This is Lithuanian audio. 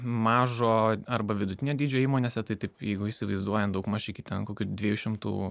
mažo arba vidutinio dydžio įmonėse tai taip jeigu įsivaizduojant daugmaž iki ten kokių dviejų šimtų